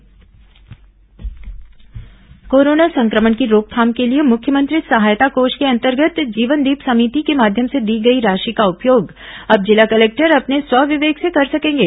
corona collector राशि corona संक्रमण की रोकथाम के लिए मुख्यमंत्री सहायता कोष के अंतर्गत जीवनदीप समिति के माध्यम से दी गई राशि का उपयोग अब जिला कलेक्टर अपने स्वविवेक से कर सकेंगे